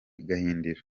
gahindiro